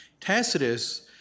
Tacitus